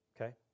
Okay